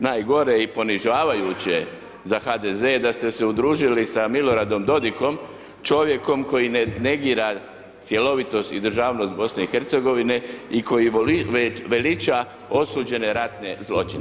najgore i ponižavajuće za HDZ da ste se udružili sa Miloradom Dodikom čovjekom koji negira cjelovitost i državnost BIH i koji veliča osuđene ratne zločince.